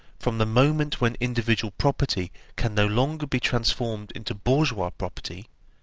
from the moment when individual property can no longer be transformed into bourgeois property,